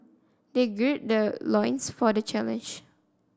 they gird their loins for the challenge